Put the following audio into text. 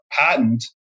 patent